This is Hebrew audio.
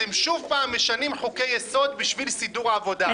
אתם שוב פעם משנים חוקי יסוד בשביל סידור עבודה".